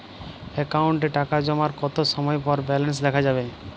অ্যাকাউন্টে টাকা জমার কতো সময় পর ব্যালেন্স দেখা যাবে?